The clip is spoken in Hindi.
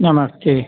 नमस्ते